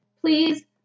please